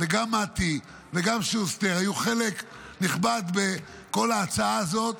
גם מטי וגם שוסטר היו חלק נכבד בכל ההצעה הזאת.